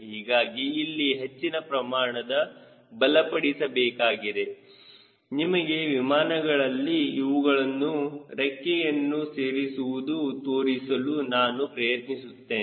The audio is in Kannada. ಹೀಗಾಗಿ ಅಲ್ಲಿ ಹೆಚ್ಚಿನ ಪ್ರಮಾಣದಲ್ಲಿ ಬಲಪಡಿಸಬೇಕಾಗಿದೆ ನಿಮಗೆ ವಿಮಾನಗಳಲ್ಲಿ ಇವುಗಳನ್ನು ರೆಕ್ಕೆಯನ್ನು ಸೇರಿಸಿರುವುದು ತೋರಿಸಲು ನಾನು ಪ್ರಯತ್ನಿಸುತ್ತೇನೆ